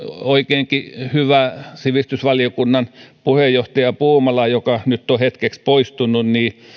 oikeinkin hyvä sivistysvaliokunnan puheenjohtaja puumala joka nyt on hetkeksi poistunut